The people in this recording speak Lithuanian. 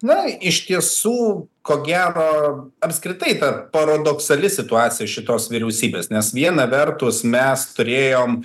na iš tiesų ko gero apskritai ta paradoksali situacija šitos vyriausybės nes viena vertus mes turėjom